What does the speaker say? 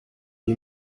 lui